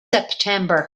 september